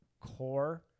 core